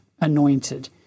anointed